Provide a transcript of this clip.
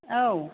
औ